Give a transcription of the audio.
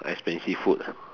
expensive food lah